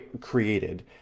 created